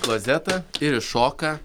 klozetą ir iššoka